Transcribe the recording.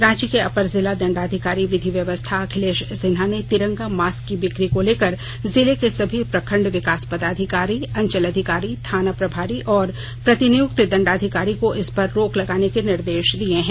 रांची के अपर जिला दंडाधिकारी विधि व्यवस्था अखिलेश सिन्हा ने तिरंगा मास्क की बिक्री को लेकर जिले के सभी प्रखण्ड विकास पदाधिकारी अंचल अधिकारी थाना प्रभारियों और प्रतिनियुक्त दंडाधिकारी को इस पर रोक लगाने के निर्देश दिये हैं